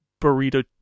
burrito